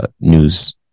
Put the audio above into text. news